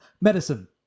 Medicine